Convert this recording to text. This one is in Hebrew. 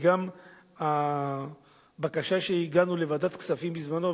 וגם הבקשה שהגשנו לוועדת הכספים בזמנו,